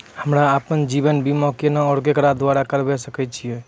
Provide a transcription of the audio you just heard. हमरा आपन जीवन बीमा केना और केकरो द्वारा करबै सकै छिये?